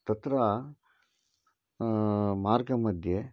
तत्र मार्गमध्ये